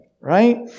right